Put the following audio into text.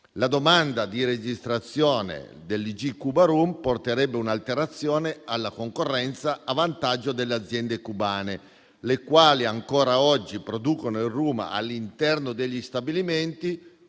La domanda di registrazione dell'IG "Cuba rum" porterebbe un'alterazione alla concorrenza a vantaggio delle aziende cubane, le quali ancora oggi producono il rum all'interno degli stabilimenti